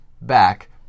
back